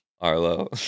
Arlo